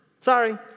Sorry